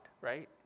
right